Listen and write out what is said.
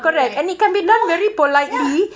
you know like no lah ya